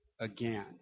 again